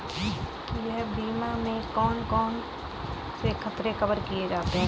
गृह बीमा में कौन कौन से खतरे कवर किए जाते हैं?